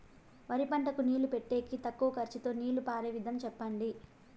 వరి పంటకు నీళ్లు పెట్టేకి తక్కువ ఖర్చుతో నీళ్లు పారే విధం చెప్పండి?